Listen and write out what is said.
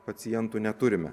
pacientų neturime